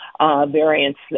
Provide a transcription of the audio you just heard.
Variants